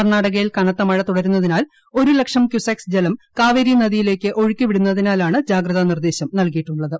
കർണ്ണാടകയിൽ കനത്ത മഴ തുടരുന്നതിനാൽ ഒരു ലക്ഷം ക്യൂസെസ് ജലം കാവേരി നദിയിലേക്ക് ഒഴുക്കി വിടുന്നതിനാലാണ് ജാഗ്രത നിർദ്ദേശം നൽകിയിട്ടുള്ളത്